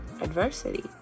adversity